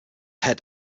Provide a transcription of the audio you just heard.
head